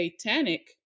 satanic